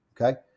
Okay